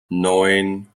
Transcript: neun